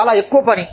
చాలా ఎక్కువ పని